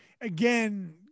again